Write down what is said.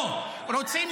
ראשונה.